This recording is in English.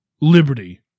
liberty